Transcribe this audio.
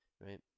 right